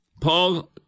Paul